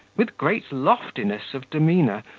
with great loftiness of demeanour,